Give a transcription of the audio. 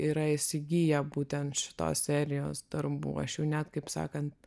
yra įsigiję būtent šitos serijos darbų aš jau net kaip sakant